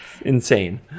Insane